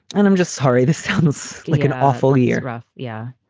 and i'm just sorry. this sounds like an awful year off. yeah.